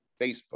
Facebook